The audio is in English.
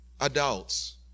adults